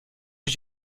ich